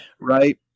right